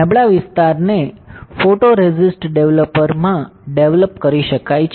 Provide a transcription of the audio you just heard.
આ નબળા વિસ્તારને ફોટોરોસિસ્ટ ડેવલપરમાં ડેવલપ કરી શકાય છે